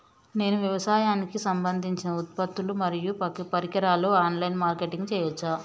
నేను వ్యవసాయానికి సంబంధించిన ఉత్పత్తులు మరియు పరికరాలు ఆన్ లైన్ మార్కెటింగ్ చేయచ్చా?